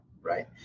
right